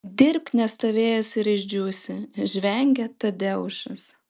dirbk nestovėjęs ir išdžiūsi žvengia tadeušas